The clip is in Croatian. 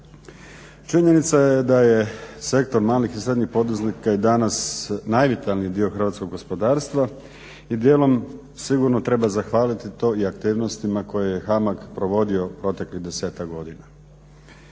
Činjenica je da je sektor malih i srednjih poduzetnika i danas najvitalniji dio hrvatskog gospodarstva i dijelom sigurno treba zahvaliti to i aktivnostima koje je HAMAG provodio proteklih 10-ak godina.